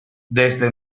desde